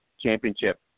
Championship